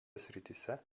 srityse